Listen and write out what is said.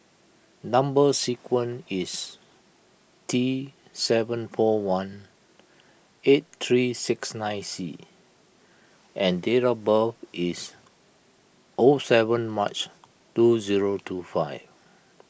Number Sequence is T seven four one eight three six nine C and date of birth is O seven March two zero two five